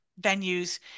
venues